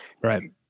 Right